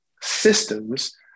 systems